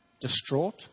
Distraught